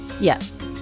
Yes